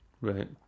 right